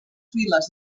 viles